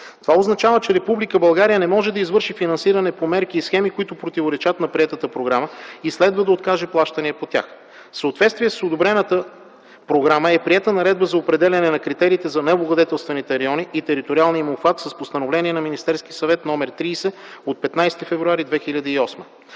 Това означава, че Република България не може да извърши финансиране по мерки и схеми, които противоречат на приетата програма, и следва да откаже плащания по тях. В съответствие с одобрената програма е приета Наредба за определяне на критериите за необлагодетелстваните райони и териториалния им обхват с Постановление на Министерския съвет № 30 от 15 февруари 2008